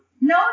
No